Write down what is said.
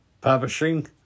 Publishing